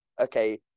okay